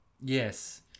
Yes